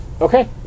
Okay